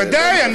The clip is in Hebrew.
בוודאי.